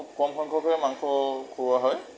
কম সংখ্যকহে মাংস খুওৱা হয়